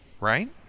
right